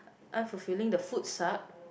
unfulfilling the food suck